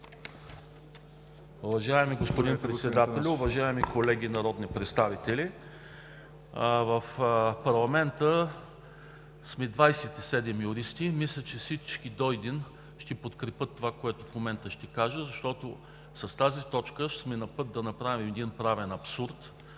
Уважаеми господин Председателю, уважаеми колеги народни представители! В парламента сме 27 юристи и мисля, че всички до един ще подкрепят това, което в момента ще кажа, защото с тази точка сме на път да направим един правен абсурд.